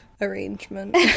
arrangement